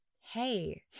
Hey